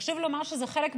חשוב לומר שזה חלק,